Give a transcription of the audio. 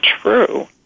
true